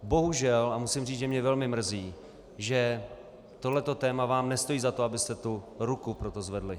Bohužel a musím říct, že mě to velmi mrzí tohle téma vám nestojí za to, abyste tu ruku pro to zvedli.